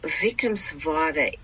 victim-survivor